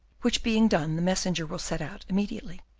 which being done the messenger will set out immediately.